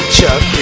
Chuck